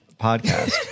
podcast